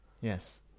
yes